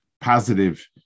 positive